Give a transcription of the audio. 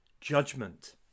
judgment